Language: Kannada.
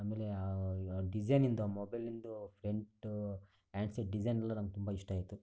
ಆಮೇಲೆ ಆ ಡಿಸೈನಿಂದು ಮೊಬೈಲಿಂದು ಫ್ರೆಂಟು ಆ್ಯಂಡ್ ಸೆಟ್ ಡಿಸೈನೆಲ್ಲ ನಂಗೆ ತುಂಬ ಇಷ್ಟ ಆಯಿತು